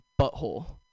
butthole